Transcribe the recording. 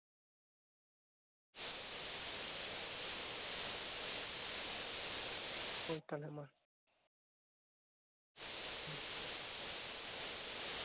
ᱦᱳᱭ ᱛᱟᱦᱚᱞᱮ ᱢᱟ ᱦᱩᱸ